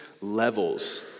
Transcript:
levels